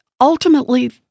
Ultimately